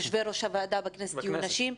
יושבי-ראש הוועדות בכנסת יהיו נשים.